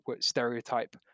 stereotype